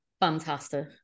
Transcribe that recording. Fantastic